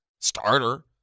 Starter